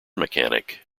mechanic